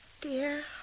Dear